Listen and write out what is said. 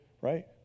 right